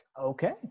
Okay